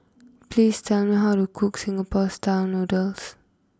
please tell me how to cook Singapore style Noodles